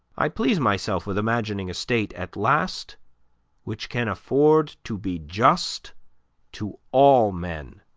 i please myself with imagining a state at last which can afford to be just to all men,